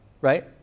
right